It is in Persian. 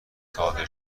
صادر